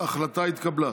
ההצעה התקבלה.